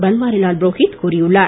பன்வாரிலால் புரோகித் கூறியுள்ளார்